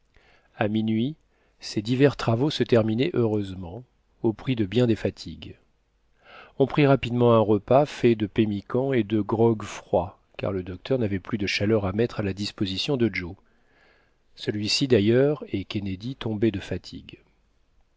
a minuit ces divers travaux se terminaient heureusement au prix de bien des fatigues on prit rapidement un repas fait de pemmican et de grog froid car le docteur n'avait plus de chaleur à mettre à la disposition de joe celui-ci d'ailleurs et kennedy tombaient de fatigue